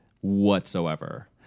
Whatsoever